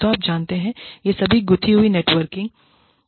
तो आप जानते हैं यह सभी गुथी हुई नेटवर्किंग है